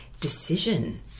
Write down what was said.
Decision